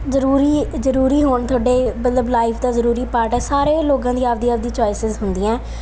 ਜ਼ਰੂਰੀ ਜ਼ਰੂਰੀ ਹੋਣ ਤੁਹਾਡੇ ਮਤਲਬ ਲਾਈਫ ਦਾ ਜ਼ਰੂਰੀ ਪਾਰਟ ਹੈ ਸਾਰੇ ਲੋਕਾਂ ਦੀ ਆਪਦੀ ਆਪਦੀ ਚੋਇਸਸ ਹੁੰਦੀਆਂ